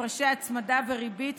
הפרשי הצמדה בריבית,